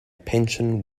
pension